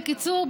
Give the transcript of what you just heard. בקיצור,